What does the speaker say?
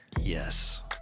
Yes